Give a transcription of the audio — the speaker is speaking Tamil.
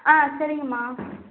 ஆ சரிங்கமா